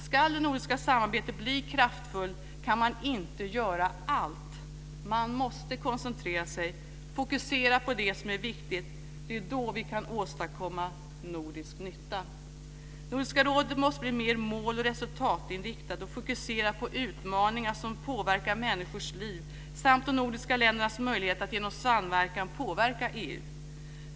Ska det nordiska samarbetet bli kraftfullt kan man inte göra allt. Man måste koncentrera sig och fokusera på det som är viktigt. Det är då vi kan åstadkomma nordisk nytta. Nordiska rådet måste bli mer mål och resultatinriktat och fokusera på utmaningar som påverkar människors liv samt de nordiska ländernas möjlighet att genom samverkan påverka EU.